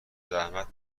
زحمت